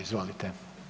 Izvolite.